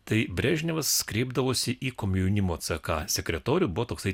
tai brežnevas kreipdavosi į komjaunimo ce ka sekretorių buvo toksai